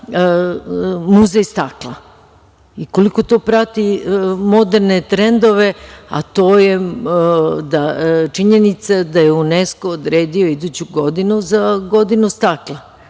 muzej stakla i koliko to prati moderne trendove, a to je činjenica da je UNESKO odredio iduću godinu za godinu stakla,